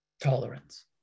tolerance